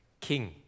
king